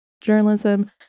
journalism